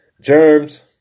Germs